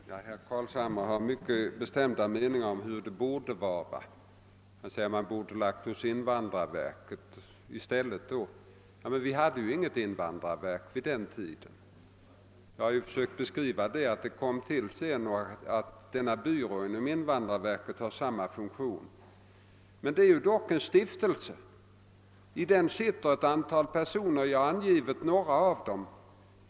Herr talman! Herr Carlshamre har mycket bestämda meningar om hur det borde vara. Han säger att man borde ha lagt ansvaret hos invandrarverket i stället. Men vi hade ju inget invandrarverk på den tiden. Jag har försökt beskriva hur invandrarverket kom till senare och att en byrå inom invandrarverket har samma funktion som arbetsgruppen. Men det rör sig dock alltjämt om en stiftelse, och i styrelsen för den sitter ett antal personer. Jag har angivit några av dem.